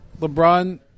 LeBron